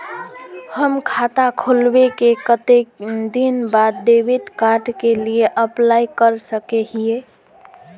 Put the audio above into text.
हम खाता खोलबे के कते दिन बाद डेबिड कार्ड के लिए अप्लाई कर सके हिये?